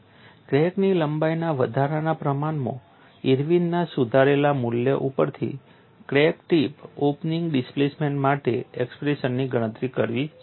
ક્રેકની લંબાઈના વધારાના પ્રમાણના ઇર્વિનના સુધારેલા મૂલ્ય ઉપરથી ક્રેક ટીપ ઓપનિંગ ડિસ્પ્લેસમેન્ટ માટે એક્સપ્રેશનની ગણતરી કરવી શક્ય છે